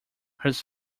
his